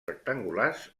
rectangulars